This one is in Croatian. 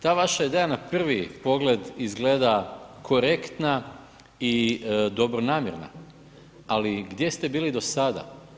Ta vaša ideja na prvi pogled izgleda korektna i dobronamjerna, ali gdje ste bili do sada?